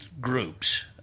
groups